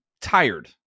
tired